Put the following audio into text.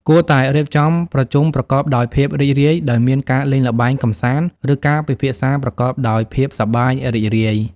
គួរតែរៀបចំប្រជុំប្រកបដោយភាពរីករាយ ដោយមានការលេងល្បែងកម្សាន្ត ឬការពិភាក្សាប្រកបដោយភាពសប្បាយរីករាយ។